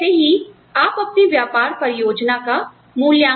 और ऐसे ही आप अपनी व्यापार परियोजना का मूल्यांकन करते हैं